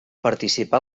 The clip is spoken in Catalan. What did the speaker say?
participà